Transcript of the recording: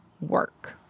work